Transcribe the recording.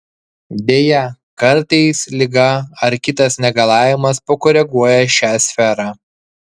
deja kartais liga ar kitas negalavimas pakoreguoja šią sferą